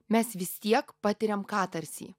mes vis tiek patiriam katarsį